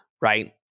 right